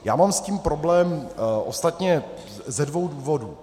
Já mám s tím problém ostatně ze dvou důvodů.